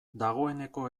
dagoeneko